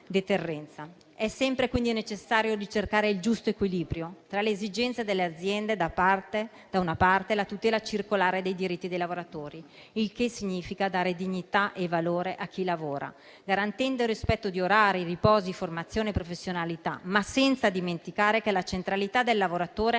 È sempre quindi necessario ricercare il giusto equilibrio tra l'esigenza delle aziende e la tutela circolare dei diritti dei lavoratori. Ciò significa dare dignità e valore a chi lavora, garantendo il rispetto di orari, riposo, formazione e professionalità, senza però dimenticare che la centralità del lavoratore è sul fronte